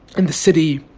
and the city